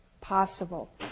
possible